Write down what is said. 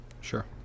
sure